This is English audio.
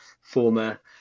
former